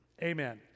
amen